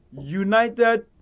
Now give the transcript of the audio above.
united